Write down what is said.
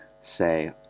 say